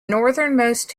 northernmost